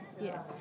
yes